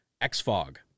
X-Fog